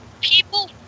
People